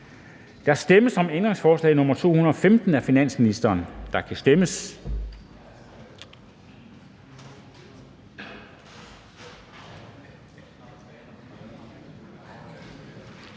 Der stemmes om ændringsforslag nr. 375 af finansministeren, og der kan stemmes.